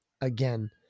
again